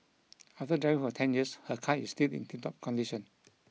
after driving for ten years her car is still in tiptop condition